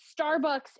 Starbucks